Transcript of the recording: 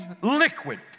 liquid